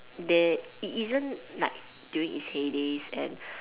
there it isn't like during it's hey days and